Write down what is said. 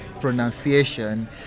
pronunciation